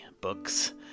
books